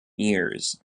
years